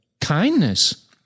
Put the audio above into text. kindness